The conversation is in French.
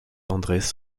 andrés